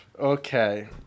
Okay